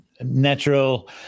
natural